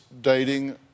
dating